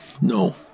No